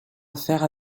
affaire